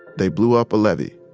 they blew up a levee.